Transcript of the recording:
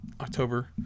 october